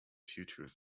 future